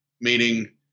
Meaning